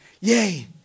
Yay